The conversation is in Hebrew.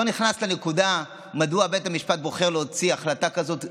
אני לא נכנס לנקודה מדוע בית המשפט בוחר להוציא החלטה כזאת.